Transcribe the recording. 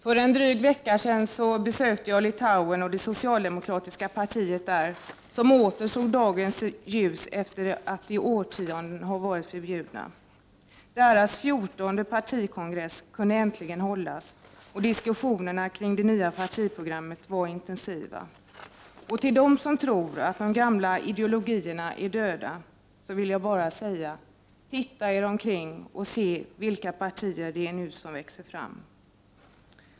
För en dryg vecka sedan besökte jag Litauen och det socialdemokratiska partiet där, som åter såg dagens ljus efter att i årtionden har varit förbjudet. Partiets 14:e partikongress kunde äntligen hållas, och diskussionerna kring det nya partiprogrammet var intensiva. Till den som tror att de gamla ideologierna är döda, vill jag bara säga: Titta er omkring och se vilka partier som nu växer fram!